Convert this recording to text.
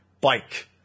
bike